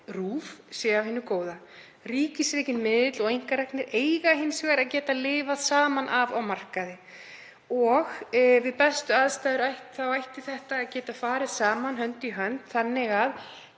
RÚV, sé af hinu góða. Ríkisrekinn miðill og einkareknir eiga hins vegar að geta lifað saman á markaði og við bestu aðstæður ætti þetta að geta farið saman hönd í hönd þannig að